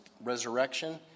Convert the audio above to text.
resurrection